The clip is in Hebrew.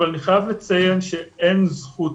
אבל אני חייב לציין שאין זכות